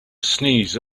sneeze